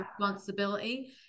responsibility